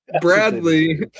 Bradley